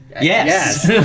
Yes